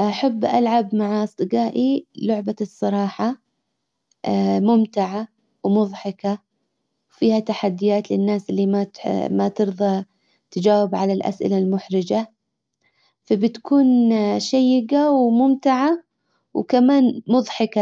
احب العب مع اصدجائي لعبة الصراحة ممتعة ومضحكة فيها تحديات للناس اللي ما ما ترضى تجاوب على الاسئلة المحرجة فبتكون شيجة وممتعة وكمان مضحكة